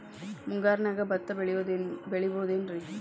ಮುಂಗಾರಿನ್ಯಾಗ ಭತ್ತ ಬೆಳಿಬೊದೇನ್ರೇ?